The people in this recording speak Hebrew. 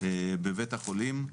בבית החולים.